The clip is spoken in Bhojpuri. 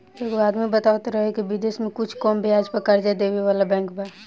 एगो आदमी बतावत रहे की बिदेश में कुछ कम ब्याज पर कर्जा देबे वाला बैंक बा